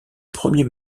premier